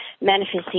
manifesting